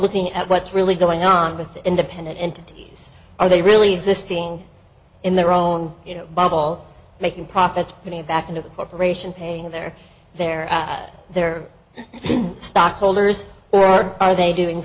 looking at what's really going on with the independent entities are they really exist being in their own you know bubble making profits putting back into the corporation paying their their their stockholders their art are they doing